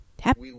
Happy